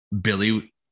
Billy